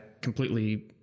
completely